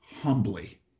humbly